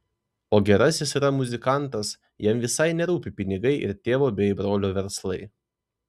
o gerasis yra muzikantas jam visai nerūpi pinigai ir tėvo bei brolio verslai